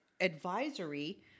advisory